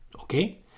Okay